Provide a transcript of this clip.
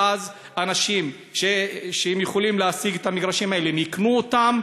ואז אנשים שיכולים להשיג את המגרשים האלה יקנו אותם